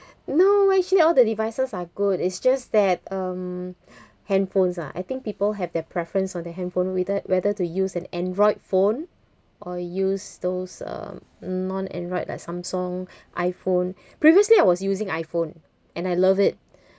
no actually all the devices are good it's just that um handphones ah I think people have their preference on the handphone whether whether to use an android phone or use those uh non-android like samsung iphone previously I was using iphone and I love it